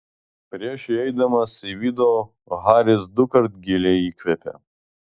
prieš įeidamas į vidų haris dukart giliai įkvėpė